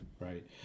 right